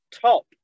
Top